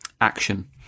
action